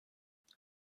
feel